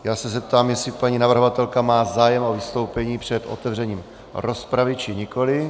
Já se zeptám, jestli paní navrhovatelka má zájem o vystoupení před otevřením rozpravy, či nikoli.